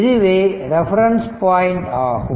இதுவே reference point ஆகும்